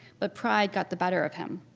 but pride got the better of him.